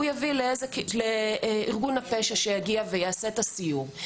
הוא יביא לארגון הפשע שיגיע ויעשה את הסיור.